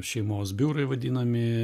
šeimos biurai vadinami